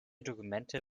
dokumente